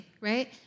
Right